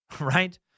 right